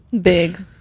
big